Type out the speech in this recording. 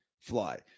fly